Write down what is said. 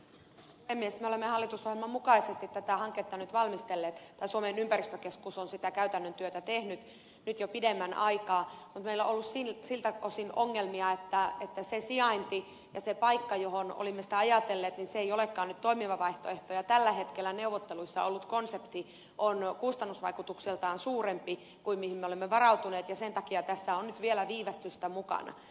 me olemme hallitusohjelman mukaisesti tätä hanketta nyt valmistelleet tai suomen ympäristökeskus on sitä käytännön työtä tehnyt nyt jo pidemmän aikaa mutta meillä on ollut siltä osin ongelmia että se sijainti ja se paikka johon olimme sitä ajatelleet ei olekaan nyt toimiva vaihtoehto ja tällä hetkellä neuvotteluissa ollut konsepti on kustannusvaikutukseltaan suurempi kuin mihin me olemme varautuneet ja sen takia tässä on nyt vielä viivästystä mukana